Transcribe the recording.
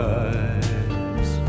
eyes